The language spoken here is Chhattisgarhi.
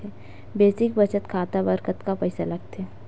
बेसिक बचत खाता बर कतका पईसा लगथे?